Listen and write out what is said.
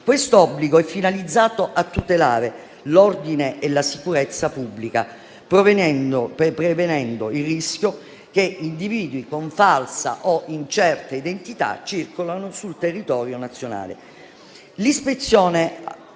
Quest'obbligo è finalizzato a tutelare l'ordine e la sicurezza pubblica, prevenendo il rischio che individui con falsa o incerta identità circolino sul territorio nazionale. L'ispezione